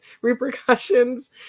repercussions